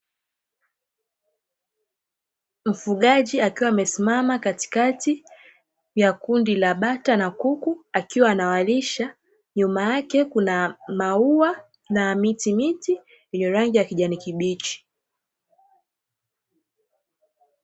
Mfugaji akiwa amesimama katikati ya kundi la bata na kuku akiwa anawalisha, nyuma yake kuna maua na mitimiti yenye rangi ya kijani kibichi.